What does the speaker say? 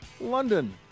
London